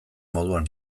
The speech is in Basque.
moduan